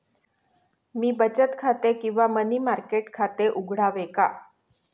मी बचत खाते किंवा मनी मार्केट खाते उघडावे का?